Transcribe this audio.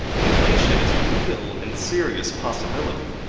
inflation is a real and serious possibility.